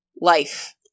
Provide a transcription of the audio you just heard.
life